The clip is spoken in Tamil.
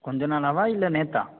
கொஞ்ச நாளாவா இல்லை நேற்றா